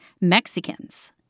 Mexicans